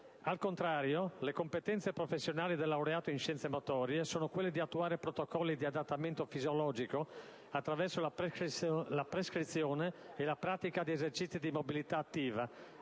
Al contrario, le competenze professionali del laureato in scienze motorie sono quelle di attuare protocolli di adattamento fisiologico attraverso la prescrizione e la pratica di esercizi di mobilità attiva,